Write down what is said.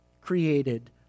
created